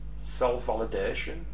self-validation